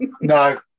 No